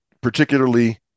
particularly